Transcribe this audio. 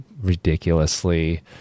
ridiculously